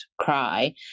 cry